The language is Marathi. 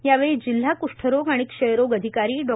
यावेळी जिल्हा कृष्ठरोग आणि क्षयरोग अधिकारी डॉ